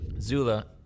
Zula